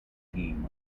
team